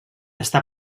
està